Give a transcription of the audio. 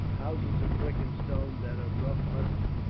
houses of brick and stone that of rough huts